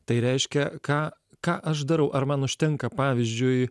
tai reiškia ką ką aš darau ar man užtenka pavyzdžiui